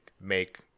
make